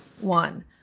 one